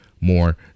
more